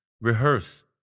Rehearse